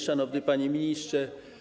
Szanowny Panie Ministrze!